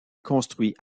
construits